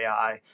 AI